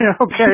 Okay